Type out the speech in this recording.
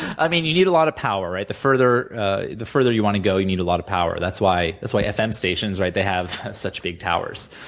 i mean you need a lot of power, right? the further the further you want to go, you need a lot of power. that's why that's why fm stations, right? they have such big towers.